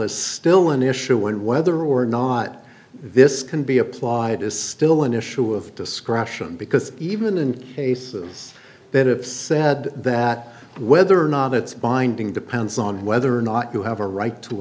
is still an issue and whether or not this can be applied is still an issue of discretion because even in cases that have said that whether or not it's binding depends on whether or not you have a right to